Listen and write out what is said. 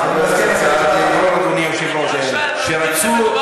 אני רק שואל, אתה מבין שמדובר